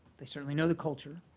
they certainly know the culture,